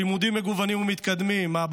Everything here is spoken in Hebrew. לימודים מגוונים ומתקדמים,